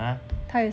ha